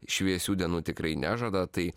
šviesių dienų tikrai nežada tai